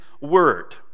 word